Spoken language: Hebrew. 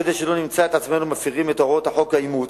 כדי שלא נמצא את עצמנו מפירים את הוראות חוק האימוץ,